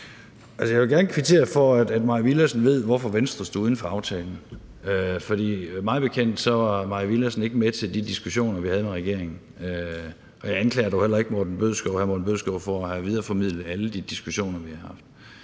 jeg vil gerne kvittere for, at Mai Villadsen ved, hvorfor Venstre stod uden for aftalen, for mig bekendt var Mai Villadsen ikke med til de diskussioner, vi havde med regeringen. Jeg anklager dog heller ikke skatteministeren for at have videreformidlet alle de diskussioner, vi har haft.